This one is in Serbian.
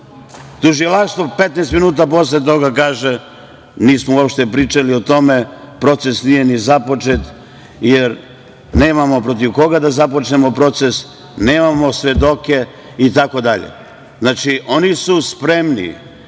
15 minuta posle toga kaže – nismo uopšte pričali o tome, proces nije ni započet, jer nemamo protiv koga da započnemo proces, nemamo svedoke, itd. Znači, oni su spremni